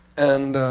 and